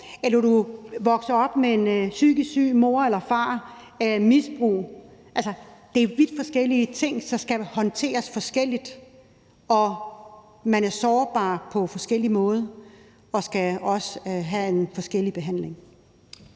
eller far, der er psykisk syg eller er i et misbrug. Altså, det er jo vidt forskellige ting, som skal håndteres forskelligt. Man er sårbar på forskellige måder og skal også have en forskellig behandling.